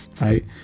right